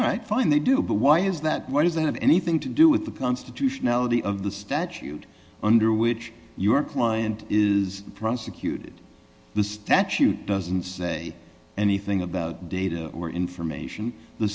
right fine they do but why is that why does that have anything to do with the constitutionality of the statute under which your client is prosecuted the statute doesn't say anything about data or information the